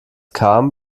kam